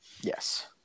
yes